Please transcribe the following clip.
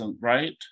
right